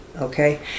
Okay